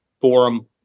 forum